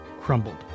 crumbled